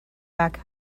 back